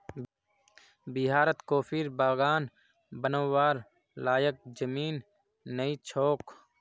बिहारत कॉफीर बागान बनव्वार लयैक जमीन नइ छोक